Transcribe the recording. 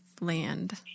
land